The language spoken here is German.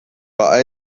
bei